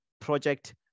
Project